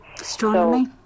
Astronomy